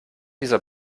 dieser